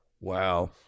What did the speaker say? Wow